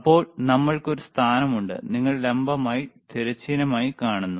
അപ്പോൾ നമ്മൾക്ക് ഒരു സ്ഥാനം ഉണ്ട് നിങ്ങൾ ലംബമായി തിരശ്ചീനമായി കാണുന്നു